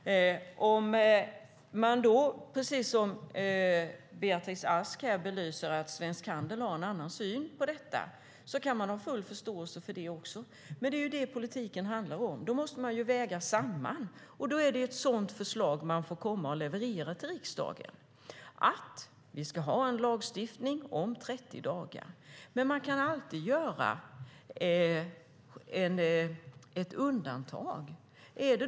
Man kan, vilket Beatrice Ask belyser, se att Svensk Handel har en annan syn på detta. Man kan ha full förståelse för det också. Det är det politiken handlar om. Då måste man väga samman, och då är det ett sådant förslag som man får leverera till riksdagen, att vi ska ha en lagstiftning som handlar om 30 dagar. Men man kan alltid göra undantag.